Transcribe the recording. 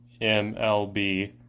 MLB